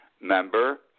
member